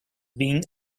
being